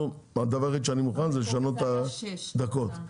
הדבר היחיד שאני מוכן לעשות זה לשנות את מספר הדקות.